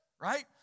Right